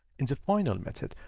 in the final method,